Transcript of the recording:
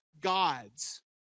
gods